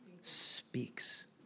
speaks